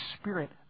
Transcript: Spirit